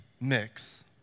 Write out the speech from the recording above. mix